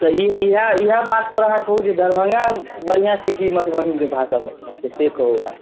तऽ इएह इएह बातपर अहाँ कहू जे दरभंगा बढ़िआँ छै कि मधुबनीके भाषा बढ़िआँ छै से कहू अहाँ